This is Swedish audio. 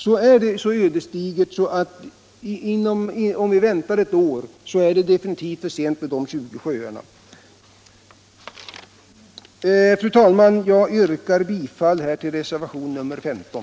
Men vi är på det klara med att om vi väntar ett år så är det definitivt för sent för de 20 sjöarna. Fru talman! Jag yrkar bifall till reservationen 15.